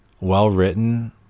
well-written